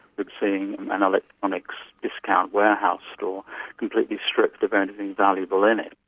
we've seen an electronics discount warehouse store completely stripped of anything valuable in it.